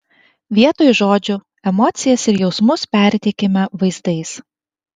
vietoj žodžių emocijas ir jausmus perteikiame vaizdais